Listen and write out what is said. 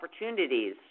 opportunities